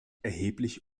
erheblich